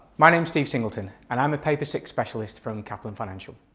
my name's steve singleton and i'm a paper six specialist from kaplan financial.